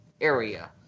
area